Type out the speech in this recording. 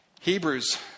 Hebrews